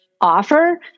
offer